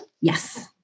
Yes